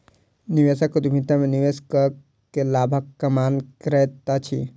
निवेशक उद्यमिता में निवेश कअ के लाभक कामना करैत अछि